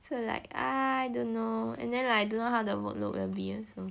so like ah I don't know and then I don't know how the workload will be also